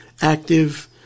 active